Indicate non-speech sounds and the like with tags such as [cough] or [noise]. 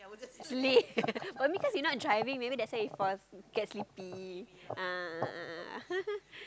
sleep [laughs] maybe cause you not driving maybe that's why you get sleepy a'ah a'ah a'ah [laughs]